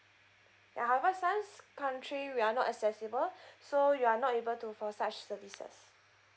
ya however some countries we're not accessible so you are not able to for such services